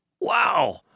wow